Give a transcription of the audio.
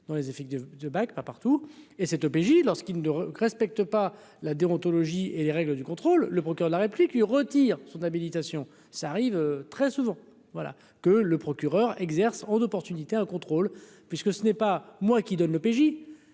dans les effets de de bac à partout et cette OPJ lorsqu'ils ne respectent pas la déontologie et des règles du contrôle, le procureur de la République, il retire son habilitation, ça arrive très souvent, voilà que le procureur exerce d'opportunités un contrôle. Puisque ce n'est pas moi qui donne le PJ